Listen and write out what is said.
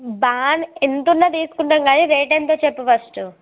bar ఎంత ఉన్నా తీసుకుంటాము కానీ రేట్ ఎంతో చెప్పు ఫస్టు